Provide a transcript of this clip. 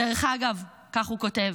דרך אגב, כך הוא כותב,